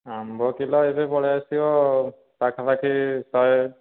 ଆମ୍ବ କିଲୋ ଏବେ ପଳାଇଆସିବ ପାଖାପାଖି ଶହେ